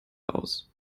aus